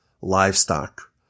livestock